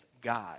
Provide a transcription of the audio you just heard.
God